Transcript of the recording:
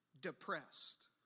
depressed